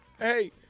hey